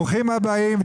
ברוכים הבאים,